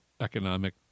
economic